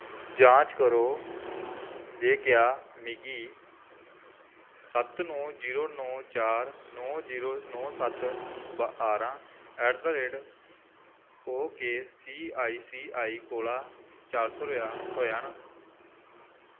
जांच करो जे क्या मिगी सत्त नौ जीरो नौ चार नौ जीरो नौ सत्त बारां ऐट दा rate okay C I C I कोला चार सौ रपेआ थ्होएआ ना